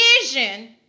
vision